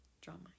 Drama